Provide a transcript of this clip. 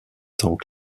temps